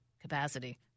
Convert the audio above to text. capacity